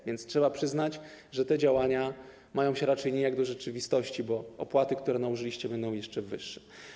A więc trzeba przyznać, że te działania raczej mają się nijak do rzeczywistości, bo opłaty, które nałożyliście, będą jeszcze wyższe.